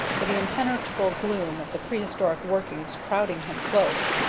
with the impenetrable gloom of the prehistoric workings crowding him close,